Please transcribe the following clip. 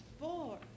four